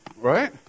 Right